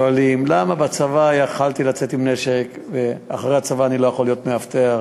למה בצבא יכולתי לצאת עם נשק ואחרי הצבא אני לא יכול להיות מאבטח?